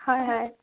হয় হয়